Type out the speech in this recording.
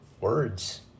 words